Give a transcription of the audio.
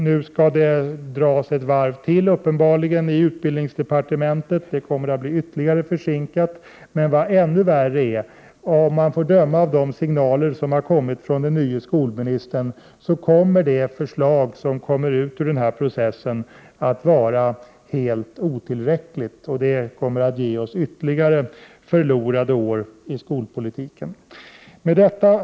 Nu skall förslaget uppenbarligen dras ett varv till i utbildningsdepartementet och följaktligen kommer det att bli ytterligare försinkat. Men vad ännu värre är: Om man får döma av signaler från den nye 39 skolministern, kommer det förslag som blir ett resultat av denna process att vara helt otillräckligt, vilket medför ytterligare förlorade år när det gäller skolpolitiken. Herr talman!